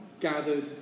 gathered